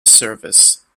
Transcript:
service